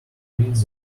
reads